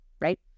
right